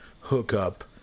hookup